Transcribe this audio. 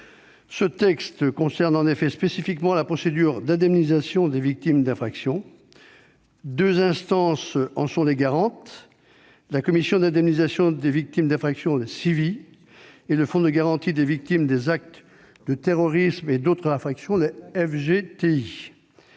Ce texte concerne en effet spécifiquement la procédure d'indemnisation des victimes d'infractions. Deux instances en sont les garantes : les commissions d'indemnisation des victimes d'infractions, les CIVI, et le Fonds de garantie des victimes des actes de terrorisme et d'autres infractions, le FGTI.